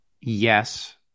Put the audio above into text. Yes